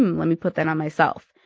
um let me put that on myself.